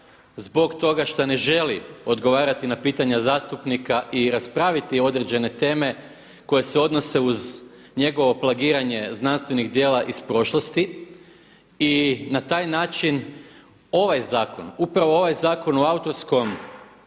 zbog toga što ne želi odgovarati na pitanja zastupnika i raspraviti određene teme koje se odnose uz njegovo plagiranje znanstvenih djela iz prošlosti i na taj način ovaj zakon, upravo ovaj Zakon o autorskom